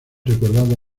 recordado